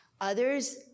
Others